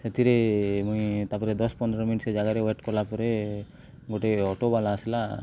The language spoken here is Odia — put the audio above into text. ସେଥିରେ ମୁଇଁ ତାପରେ ଦଶ ପନ୍ଦର ମିନିଟ୍ ସେ ଜାଗାରେ ୱେଟ୍ କଲା ପରେ ଗୋଟେ ଅଟୋବାଲା ଆସିଲା